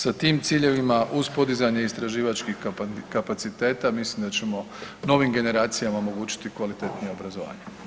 Sa tim ciljevima, uz podizanje istraživačkih kapaciteta, mislim da ćemo novim generacijama omogućiti kvalitetno obrazovanje.